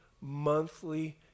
monthly